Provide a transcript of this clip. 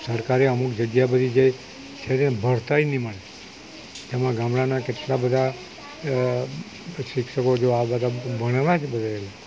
સરકારે અમુક જગ્યા બધી જે છે ને ભણતાએ નહી મળતી એમાં ગામડાના કેટલાં બધાં શિક્ષકો દ્વારા ભણવા ભણ્યા છે બધાં